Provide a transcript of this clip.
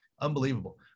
Unbelievable